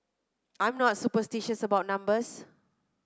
I'm not superstitious about numbers